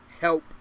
help